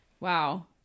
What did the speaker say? wow